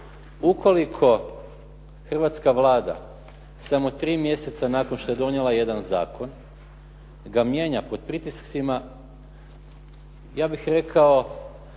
Ukoliko hrvatska Vlada samo tri mjeseca nakon što je donijela jedan zakon ga mijenja pod pritiscima ja bih rekao